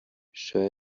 شما